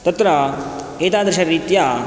तत्र एतादृशरीत्या